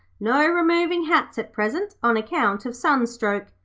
no removing hats at present on account of sunstroke,